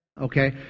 Okay